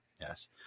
Yes